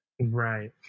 right